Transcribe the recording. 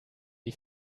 die